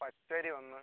പച്ചരിയൊന്ന്